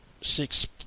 six